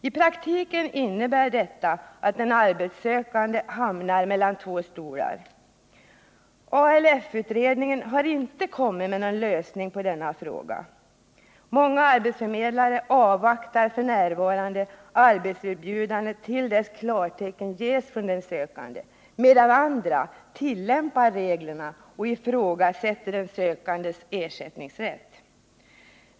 I praktiken innebär detta att den arbetssökande hamnar mellan två stolar. ALF-utredningen har inte kommit med någon lösning på denna fråga. Många arbetsförmedlare avvaktar f. n. arbetserbjudanden till dess klartecken ges från den sökande, medan andra tillämpar reglerna och ifrågasätter den sökandes ersättningsrätt.